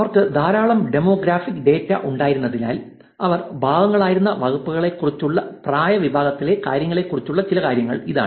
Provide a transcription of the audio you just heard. അവർക്ക് ധാരാളം demographics data ഉണ്ടായിരുന്നതിനാൽ അവർ ഭാഗങ്ങളായിരുന്ന വകുപ്പുകളെക്കുറിച്ചുള്ള പ്രായ വിഭാഗത്തിലെ കാര്യങ്ങളെക്കുറിച്ചുള്ള ചില കാര്യങ്ങൾ ഇതാണ്